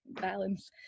balance